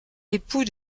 époux